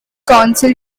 counsel